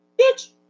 Bitch